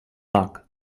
luck